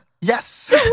yes